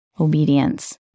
obedience